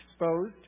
exposed